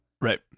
Right